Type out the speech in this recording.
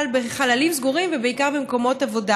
בחללים סגורים ובעיקר במקומות עבודה.